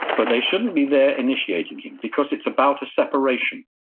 but they shouldn't be there initiating him, because it's about a separation,